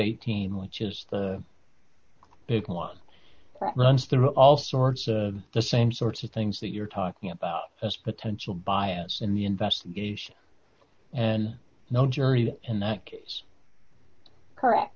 eighteen which is the big one runs through all sorts of the same sorts of things that you're talking about as potential bias in the investigation and no jury in that case correct